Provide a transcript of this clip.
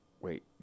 wait